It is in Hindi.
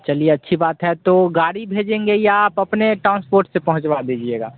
चलिए अच्छी बात है तो गाड़ी भेजेंगे या आप अपने ट्रांसपोर्ट से पहुँचवा दीजिएगा